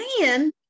man